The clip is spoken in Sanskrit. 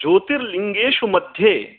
ज्योतिर्लिङ्गेषु मध्ये